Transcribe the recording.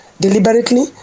deliberately